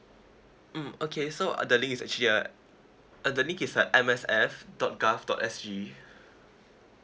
mm okay so uh the link is actually uh the link is at M S F dot gov dot S G